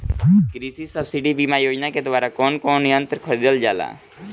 कृषि सब्सिडी बीमा योजना के द्वारा कौन कौन यंत्र खरीदल जाला?